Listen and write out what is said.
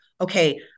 okay